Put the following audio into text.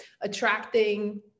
attracting